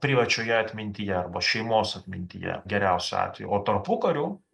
privačioje atmintyje arba šeimos atmintyje geriausiu atveju o tarpukariu